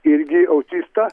irgi autistą